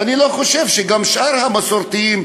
ואני לא חושב שגם שאר המסורתיים,